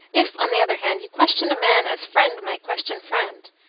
if, on the other hand, you question a man as friend might question friend,